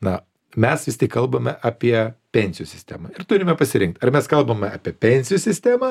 na mes vis tik kalbame apie pensijų sistemą ir turime pasirinkt ar mes kalbame apie pensijų sistemą